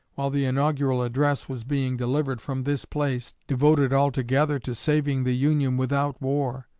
while the inaugural address was being delivered from this place, devoted altogether to saving the union without war,